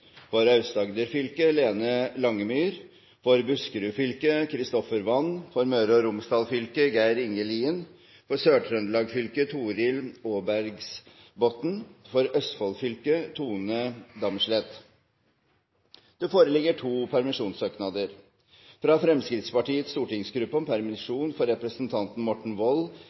for Aust-Agder fylke: Lene Langemyr for Buskerud fylke: Christopher Wand for Møre og Romsdal fylke: Geir Inge Lien for Sør-Trøndelag fylke: Torhild Aabergsbotten for Østfold fylke: Tone Damsleth Det foreligger to permisjonssøknader: fra Fremskrittspartiets stortingsgruppe om permisjon for representanten Morten Wold